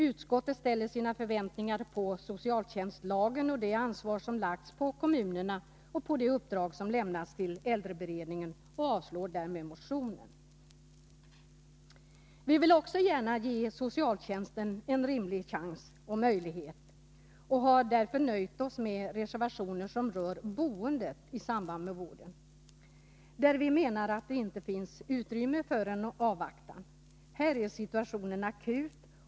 Utskottet ställer sina förväntningar på socialtjänstlagen och det ansvar som lagts på kommunerna samt på det uppdrag som har lämnats till äldreberedningen. Utskottet avstyrker därför motionen. Också vi vill gärna ge socialtjänsten en rimlig möjlighet och har därför nöjt oss med reservationer som rör boendet i samband med vården, där vi menar att det inte finns utrymme för avvaktan. Här är situationen akut.